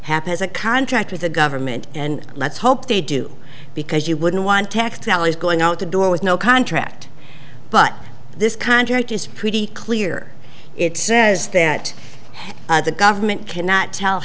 happens a contract with the government and let's hope they do because you wouldn't want tax dollars going out the door with no contract but this contract is pretty clear it says that the government cannot tell